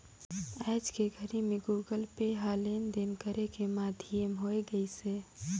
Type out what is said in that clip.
आयज के घरी मे गुगल पे ह लेन देन करे के माधियम होय गइसे